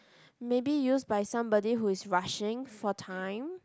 maybe used by somebody who is rushing for time